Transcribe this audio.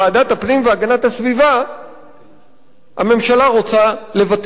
הפנים והגנת הסביבה הממשלה רוצה לבטל,